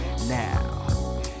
now